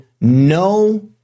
no